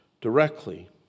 directly